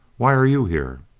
why are you here?